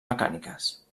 mecàniques